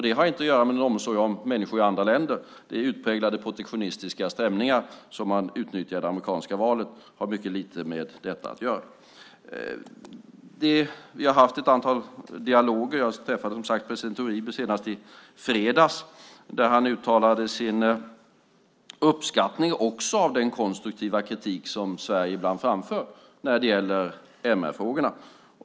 Det har inte att göra med någon omsorg om människor i andra länder, utan det är utpräglade protektionistiska stämningar som man utnyttjar i det amerikanska valet och har mycket lite med detta att göra. Vi har haft ett antal dialoger. Jag träffade, som sagt, president Uribe senast i fredags. Då uttalade han sin uppskattning av den konstruktiva kritik som Sverige ibland framför när det gäller MR-frågorna.